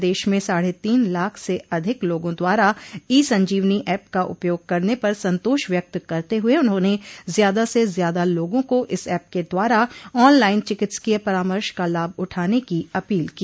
प्रदेश में साढ़े तीन लाख से अधिक लोगों द्वारा ई संजीवनी एप का उपयोग करने पर संतोष व्यक्त करते हुए उन्होंने ज्यादा से ज्यादा लोगों को इस एप के द्वारा ऑनलाइन चिकित्सकीय परामर्श का लाभ उठाने की अपील की